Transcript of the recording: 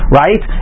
right